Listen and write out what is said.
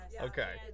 okay